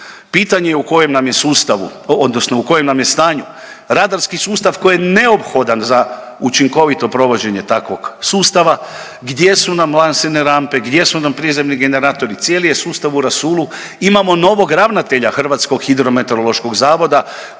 odnosno u kojem nam je stanje radarski sustav koji je neophodan za učinkovito provođenje takvog sustava gdje su nam lansirne rampe, gdje su nam prizemni generatori, cijeli je sustav u rasulu, imamo novog ravnatelj Hrvatskog hidrometeorološkog zavoda